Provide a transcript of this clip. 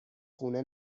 خونه